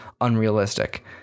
unrealistic